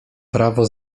prawo